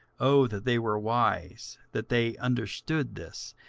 o that they were wise, that they understood this,